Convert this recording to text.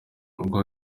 rwo